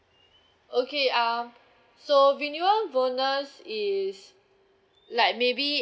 okay uh so minimum bonus is like maybe